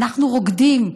אנחנו רוקדים,